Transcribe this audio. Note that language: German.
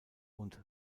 und